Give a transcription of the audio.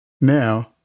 Now